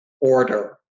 order